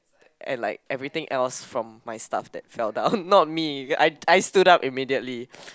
and like everything else from my stuff that fell down not me I I stood up immediately